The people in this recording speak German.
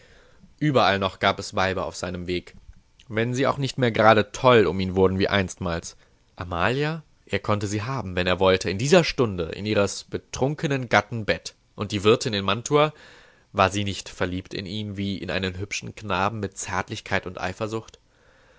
überall noch gab es weiber auf seinem weg wenn sie auch nicht mehr gerade toll um ihn wurden wie einstmals amalia er konnte sie haben wann er wollte in dieser stunde in ihres betrunkenen gatten bett und die wirtin in mantua war sie nicht verliebt in ihn wie in einen hübschen knaben mit zärtlichkeit und eifersucht